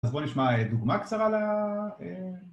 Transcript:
אז בואו נשמע דוגמה קצרה